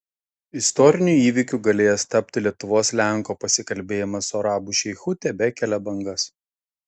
istoriniu įvykiu galėjęs tapti lietuvos lenko pasikalbėjimas su arabų šeichu tebekelia bangas